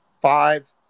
five